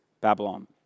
Babylon